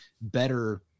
better